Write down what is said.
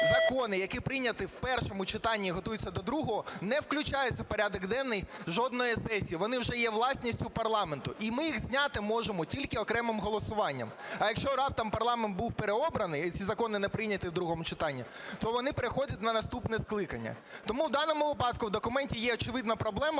закони, які прийняті в першому читанні і готуються до другого, не включаються в порядок денний жодної сесії, вони вже є власністю парламенту і ми їх зняти можемо тільки окремим голосуванням. А якщо раптом парламент був переобраний і ці закони не прийняті в другому читанні, то вони переходять на наступне скликання. Тому в даному випадку в документі є очевидна проблема,